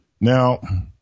Now